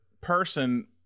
person